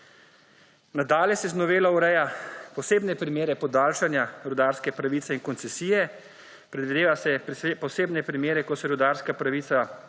Nadalje se z novelo ureja posebne primere podaljšanja rudarske pravice in koncesije. Predvideva se posebne primere, ko se rudarska pravica